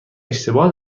اشتباه